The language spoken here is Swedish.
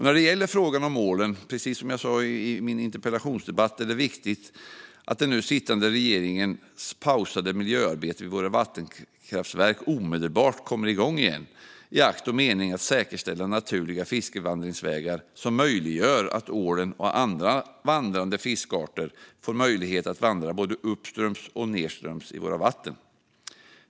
När det gäller frågan om ålen är det, precis som jag sa i min interpellationsdebatt, viktigt att det av den nu sittande regeringen pausade miljöarbetet vid våra vattenkraftverk omedelbart kommer igång igen, detta i akt och mening att säkerställa naturliga fiskvandringsvägar som gör att ålen och andra vandrande fiskarter får möjlighet att vandra både uppströms och nedströms i våra vatten.